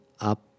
up